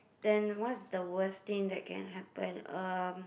then what's the worst thing that can happen um